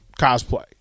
cosplay